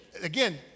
again